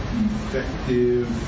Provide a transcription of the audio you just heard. effective